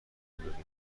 دادیم